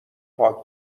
پاک